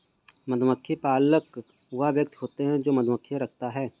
मधुमक्खी पालक वह व्यक्ति होता है जो मधुमक्खियां रखता है